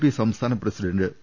P സംസ്ഥാന president P